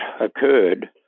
occurred